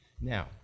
Now